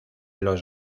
los